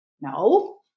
No